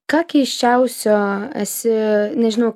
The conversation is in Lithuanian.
ką keisčiausio esi nežinau